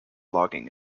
logging